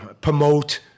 promote